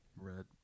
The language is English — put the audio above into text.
red